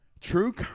true